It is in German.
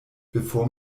bevor